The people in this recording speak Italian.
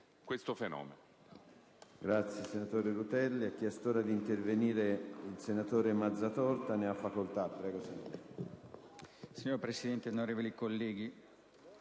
questo fenomeno